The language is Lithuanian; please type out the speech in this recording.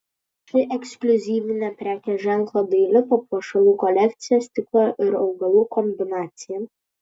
ši ekskliuzyvinė prekės ženklo daili papuošalų kolekcija stiklo ir augalų kombinacija